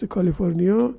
California